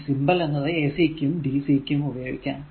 ഈ സിംബൽ എന്നത് ac ക്കും dc ക്കും ഉപയോഗിക്കാം